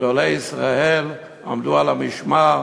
גדולי ישראל עמדו על המשמר,